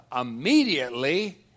immediately